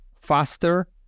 faster